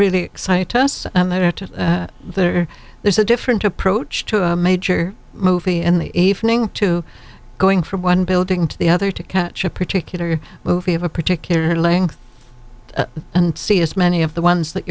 really excite us and that are there there's a different approach to a major movie in the evening to going from one building to the other to catch a particular movie of a particular length and see as many of the ones that